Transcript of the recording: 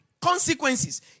Consequences